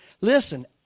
Listen